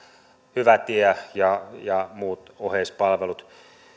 hyvä tie ja ja muut oheispalvelut